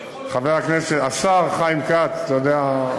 השר חיים כץ, אתה יודע,